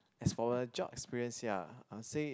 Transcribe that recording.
as for the job experience ya I would say it